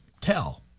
tell